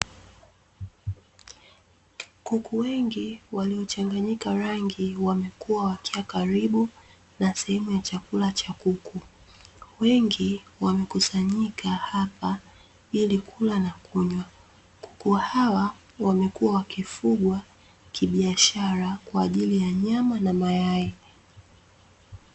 Kuku wengi waliochanganyika rangi wamekuwa wakiwa karibu na sehemu ya chakula cha kuku, wengi wamekusanyika hapa ili kula na kunywa, kuku hawa wamekuwa wakifungwa kibiashara kwa ajili ya nyama na mayai.